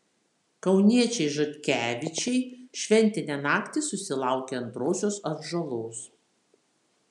kauniečiai žotkevičiai šventinę naktį susilaukė antrosios atžalos